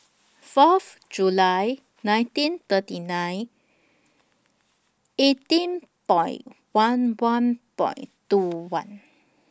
Fourth July nineteen thirty nine eighteen Point one one Point two one